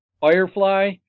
Firefly